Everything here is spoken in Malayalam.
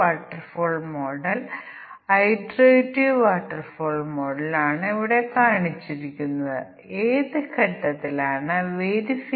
തീർച്ചയായും നമ്മൾ സാധ്യമായ എല്ലാ സാഹചര്യങ്ങളുടെയും കോമ്പിനേഷനുകൾ പരിഗണിക്കുന്നതിൽ ശ്രദ്ധാലുക്കളായിരിക്കണം